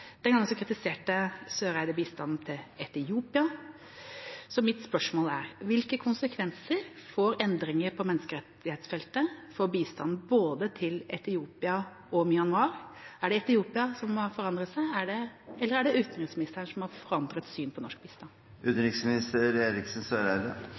kritiserte Eriksen Søreide bistanden til Etiopia. Mitt spørsmål er: Hvilke konsekvenser får endringer på menneskerettighetsfeltet for bistanden til både Etiopia og Myanmar? Er det Etiopia som har forandret seg, eller er det utenriksministeren som har forandret syn på norsk